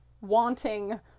wanting